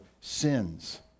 sins